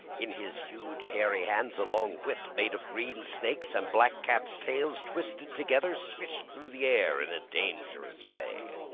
in his huge, hairy hands, a long whip, made of green snakes and black cats' tails twisted together, swished through the air in a dangerous way.